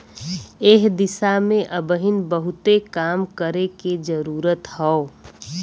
एह दिशा में अबहिन बहुते काम करे के जरुरत हौ